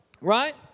Right